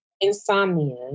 insomnia